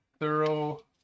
thorough